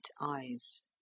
eyes